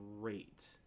great